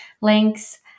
links